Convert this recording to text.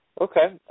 Okay